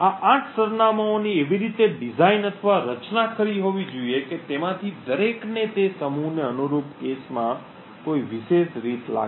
આ આઠ સરનામાંઓની એવી રીતે ડિઝાઇન અથવા રચના કરી હોવી જોઈએ કે તેમાંથી દરેકને તે સમૂહને અનુરૂપ કેશમાં કોઈ વિશેષ રીત લાગે